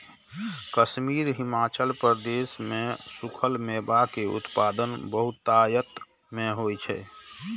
कश्मीर, हिमाचल प्रदेश मे सूखल मेवा के उत्पादन बहुतायत मे होइ छै